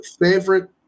favorite